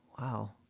wow